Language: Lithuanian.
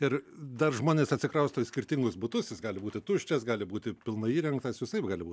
ir dar žmonės atsikrausto į skirtingus butus jis gali būti tuščias gali būti pilnai įrengtas visaip gali būt